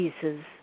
pieces